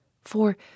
for